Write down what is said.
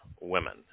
women